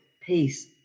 peace